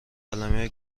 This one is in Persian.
قلمه